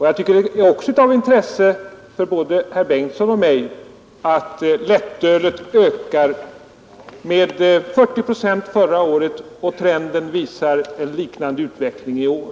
Jag tycker att det också är av intresse för både herr Bengtson och mig att konstatera att lättölskonsumtionen ökade med 40 procent förra året. Trenden visar på en liknande utveckling i år.